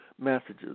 messages